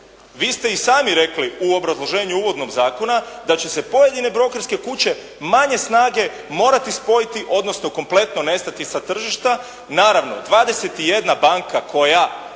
vi ste i sami rekli u obrazloženju uvodnog zakona da će se pojedine brokerske kuće manje snage morati spojiti, odnsono kompletno nestati sa tržišta. Naravno, 21 banka kojoj